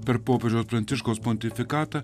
per popiežiaus pranciškaus pontifikatą